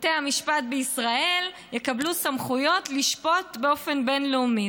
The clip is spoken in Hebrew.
בתי המשפט בישראל יקבלו סמכויות לשפוט באופן בין-לאומי.